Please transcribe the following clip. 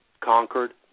Concord